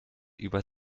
über